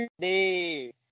day